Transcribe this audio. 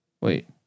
Wait